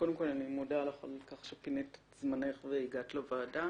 קודם כל אני מודה לך כבוד השופטת שפינית מזמנך והגעת לוועדה.